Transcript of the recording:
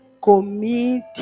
commit